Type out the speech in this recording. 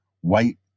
white